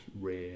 rare